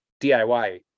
DIY